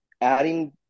adding